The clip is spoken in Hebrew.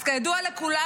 אז כידוע לכולם,